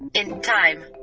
in time,